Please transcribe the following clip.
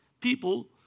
people